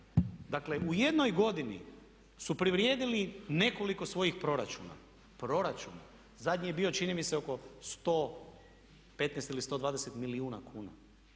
Dakle u jednoj godini su privrijedili nekoliko svojih proračuna, proračuna. Zadnji je bio, čini mi se oko 115 ili 120 milijuna kuna.